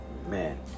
Man